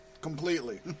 completely